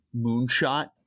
moonshot